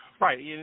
Right